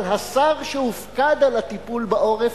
אבל השר שהופקד על הטיפול בעורף,